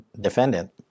defendant